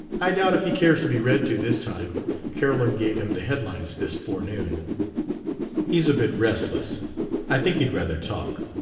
i doubt if he cares to be read to this time carolyn gave him the headlines this forenoon. he's a bit restless i think he'd rather talk.